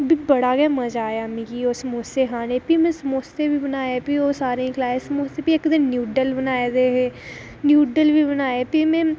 बड़ा गै मज़ा आया मिगी ओह् समोसे खाने ई ते प्ही में समोसे बनाए ते सारें गी खलाए प्इही इक दिन नूड्ल्स बनाए दे हे नूड्ल्स बी बनाए प्ही में